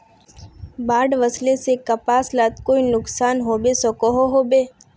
बाढ़ वस्ले से कपास लात कोई नुकसान होबे सकोहो होबे?